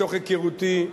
מתוך היכרותי,